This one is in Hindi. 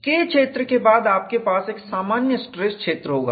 K क्षेत्र के बाद आपके पास एक सामान्य स्ट्रेस क्षेत्र होगा